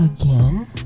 again